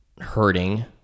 hurting